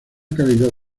calidad